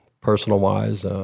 personal-wise